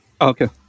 Okay